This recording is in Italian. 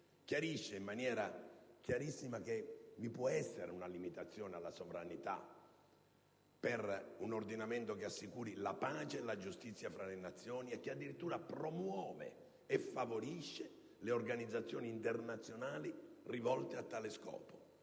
chiarisce in maniera cristallina che vi può essere una limitazione alla sovranità per «un ordinamento che assicuri la pace e la giustizia fra le Nazioni» e che addirittura l'Italia «promuove e favorisce le organizzazioni internazionali rivolte a tale scopo».